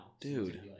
dude